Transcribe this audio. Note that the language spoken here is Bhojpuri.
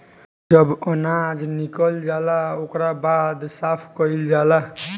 जब अनाज निकल जाला ओकरा बाद साफ़ कईल जाला